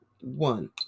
one